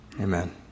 amen